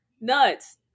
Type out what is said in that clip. nuts